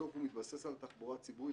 בסוף זה מתבסס על תחבורה ציבורית.